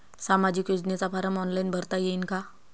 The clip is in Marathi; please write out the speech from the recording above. सामाजिक योजनेचा फारम ऑनलाईन भरता येईन का?